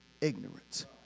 ignorance